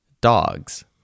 dogs